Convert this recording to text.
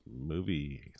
movie